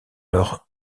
leur